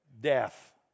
death